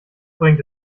bringt